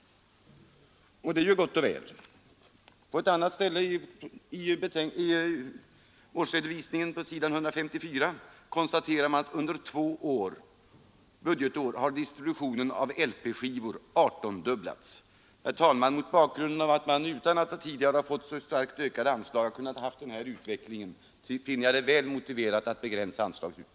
Det är ju gott och väl. På ett annat ställe i årsredovisningen, på s. 154, konstaterar man att under två budgetår har distributionen av LP-skivor adertondubblats. Herr talman! Mot bakgrund av att man utan att tidigare ha fått så starkt ökade anslag har kunnat få denna utveckling finner jag det väl motiverat att begränsa anslagshöjningarna.